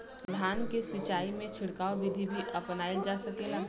धान के सिचाई में छिड़काव बिधि भी अपनाइल जा सकेला?